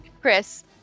Chris